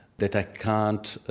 that i can't